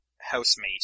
housemate